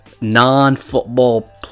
non-football